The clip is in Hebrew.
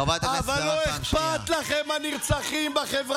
כאילו אכפת להם מהנרצחים.